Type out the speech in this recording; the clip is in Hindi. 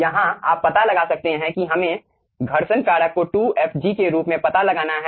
यहां आप पता लगा सकते हैं कि हमें घर्षण कारक को 2fg के रूप में पता लगाना है